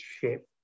shape